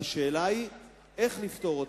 והשאלה היא איך לפתור אותה.